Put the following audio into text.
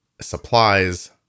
supplies